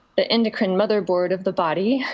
the endocrine, motherboard of the body,